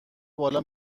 بالا